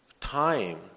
time